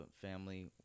family